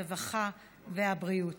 הרווחה והבריאות